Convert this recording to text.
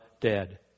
dead